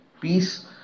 Peace